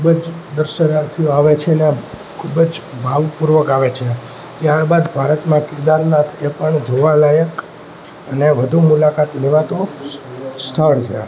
ખૂબ જ દર્શનાર્થીઓ આવે છે ને ખૂબ જ ભાવપૂર્વક આવે છે ત્યારબાદ ભારતમાં કેદારનાથ એ પણ જોવાલાયક અને વધુ મુલાકાત લેવાતું સ્થળ છે